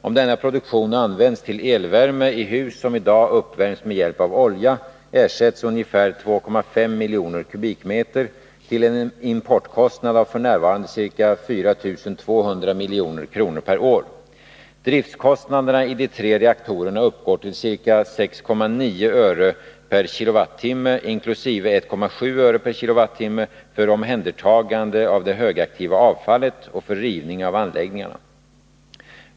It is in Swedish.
Om denna produktion används till elvärme i hus som i dag uppvärms med hjälp av olja, ersätts ungefär 2,5 miljoner kubikmeter till en importkostnad av f. n. ca 4 200 milj.kr. per år. Driftskostnaderna i de tre reaktorerna uppgår till ca 6,9 öre kWh för omhändertagande av det högaktiva avfallet och för rivning av anläggningarna.